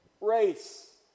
race